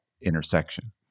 intersection